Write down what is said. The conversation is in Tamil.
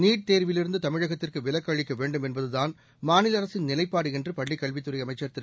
நீட் தேர்விலிருந்து தமிழகத்திற்கு விலக்கு அளிக்க வேண்டும் என்பதுதான் மாநில அரசின் நிலைப்பாடு என்று பள்ளிக் கல்வித்துறை அமைச்ச் திரு